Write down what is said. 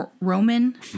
Roman